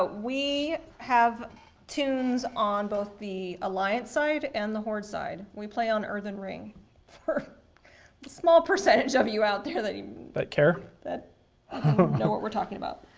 but we have toons on both the alliance side and the horde side. we play on earthen ring for a small percentage of you out there. that but care. that know what we're talking about.